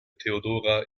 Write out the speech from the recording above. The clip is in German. theodora